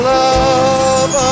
love